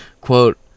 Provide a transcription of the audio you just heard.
Quote